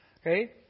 okay